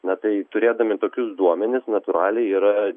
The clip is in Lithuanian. na tai turėdami tokius duomenis natūraliai yra